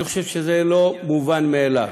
אני חושב שזה לא מובן מאליו.